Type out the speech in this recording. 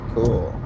Cool